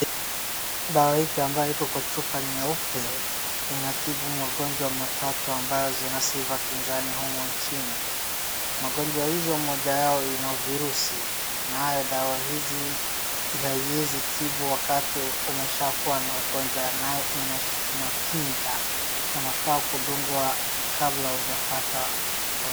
Dawa hiki ambayo iko kwa chupa nyeupe inatibu magonjwa matatu ambao zinasifaa kizani humu chini. Magonjwa hizo moja yao ni virusi, nayo dawa hizi haiwezi tibu wakati ushakuwa na ugonjwa naye inakinga . Unafaa na kudungwa kabla ujapata ugonjwa.